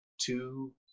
two